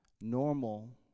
Normal